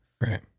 right